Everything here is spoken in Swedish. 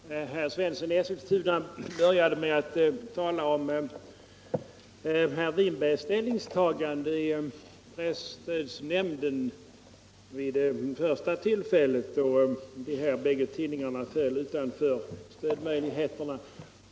Herr talman! Herr Svensson i Eskilstuna började med att tala om herr Winbergs ställningstagande i presstödsnämnden vid det första tillfälle Nr 80 då de här bägge tidningarna föll utanför stödmöjligheter.